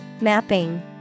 Mapping